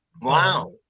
Wow